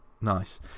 Nice